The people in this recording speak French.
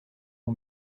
son